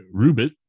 Rubit